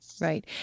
Right